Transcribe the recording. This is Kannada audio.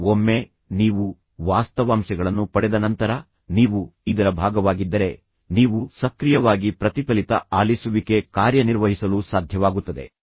ಈಗ ಒಮ್ಮೆ ನೀವು ವಾಸ್ತವಾಂಶಗಳನ್ನು ಪಡೆದ ನಂತರ ನೀವು ಇದರ ಭಾಗವಾಗಿದ್ದರೆ ನೀವು ಸಕ್ರಿಯವಾಗಿ ಪ್ರತಿಫಲಿತ ಆಲಿಸುವಿಕೆ ಕಾರ್ಯನಿರ್ವಹಿಸಲು ಸಾಧ್ಯವಾಗುತ್ತದೆ